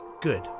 Good